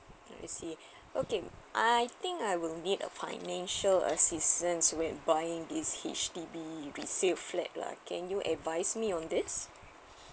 I see okay I think I will need a financial assistance with buying this H_D_B resale flat lah can you advise me on this